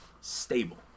stable